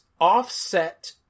offset